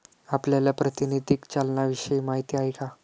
आपल्याला प्रातिनिधिक चलनाविषयी माहिती आहे का?